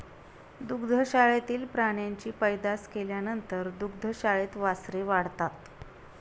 दुग्धशाळेतील प्राण्यांची पैदास केल्यानंतर दुग्धशाळेत वासरे वाढतात